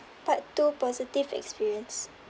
part two positive experience